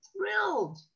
thrilled